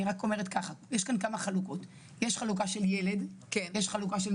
אני רק אומרת שיש כאן כמה חלוקות: חלוקה של ילד,